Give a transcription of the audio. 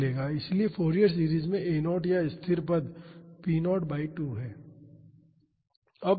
इसलिए Fourier series में a0 या स्थिर पद p0 बाई 2 है